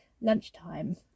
lunchtime